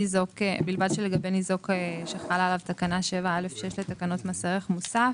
"בלבד שלגבי ניזוק שחלה עליו תקנה 7(א)(6) לתקנות מס ערך מוסף"